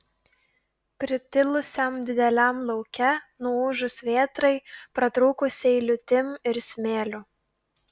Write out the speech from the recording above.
pritilusiam dideliam lauke nuūžus vėtrai pratrūkusiai liūtim ir smėliu